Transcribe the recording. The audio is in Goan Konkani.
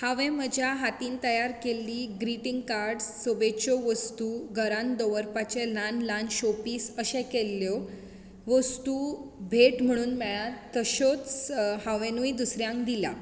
हांवें म्हज्या हातीन तयार केल्ली ग्रिटींग कार्ड्स शोभेच्यो वस्तू घरान दवरपाचे ल्हान ल्हान शो पीस अशे केल्ल्यो वस्तू भेट म्हणून मेळ्ळ्यात तश्योच हांवेनूय दुसऱ्यांक दिला